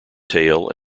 tail